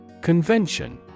Convention